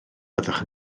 fyddwch